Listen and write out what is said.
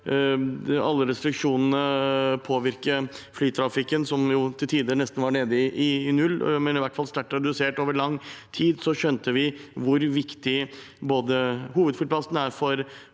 alle restriksjonene påvirke flytrafikken, som til tider nesten var nede i null, eller i hvert fall sterkt redusert over lang tid, skjønte vi hvor viktig hovedflyplassen er for